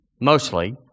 mostly